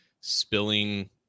spilling